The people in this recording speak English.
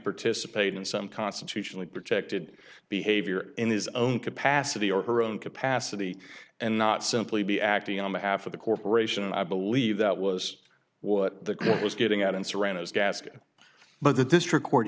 participate in some constitutionally protected behavior in his own capacity or her own capacity and not simply be acting on behalf of the corporation and i believe that was what the court was getting at in serrano's gascon but the district court